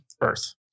Earth